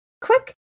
quick